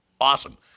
Awesome